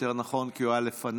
יותר נכון הוא היה לפניי,